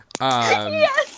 Yes